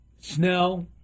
Snell